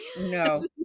No